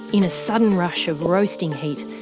in a sudden rush of roasting heat,